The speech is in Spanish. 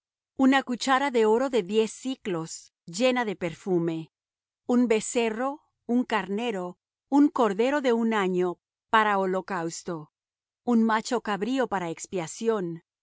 una cuchara de oro de diez siclos llena de perfume un becerro un carnero un cordero de un año para holocausto un macho cabrío para expiación